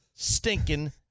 Stinking